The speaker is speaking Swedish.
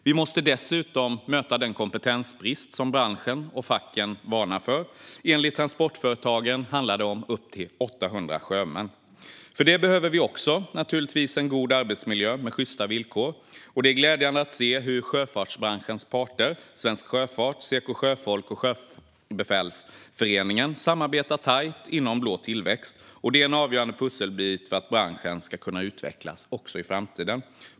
Vi måste dessutom möta den kompetensbrist som branschen och facken varnar för. Enligt Transportföretagen handlar det om upp till 800 sjömän. För det behöver vi en god arbetsmiljö med sjysta villkor. Det är glädjande att se hur sjöfartsbranschens parter - Svensk Sjöfart, Seko sjöfolk och Sjöbefälsföreningen - samarbetar tätt inom Blå tillväxt. Detta är en avgörande pusselbit för att branschen ska kunna utvecklas också i framtiden.